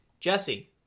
Jesse